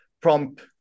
prompt